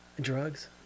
Drugs